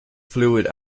fluid